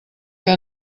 que